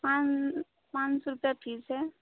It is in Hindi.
पाँच पाँच सौ रुपया फीस है